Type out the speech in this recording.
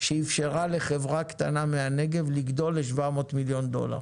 שאפשרה לחברה קטנה מהנגב לגדול לשבע מאות מיליון דולר